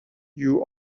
you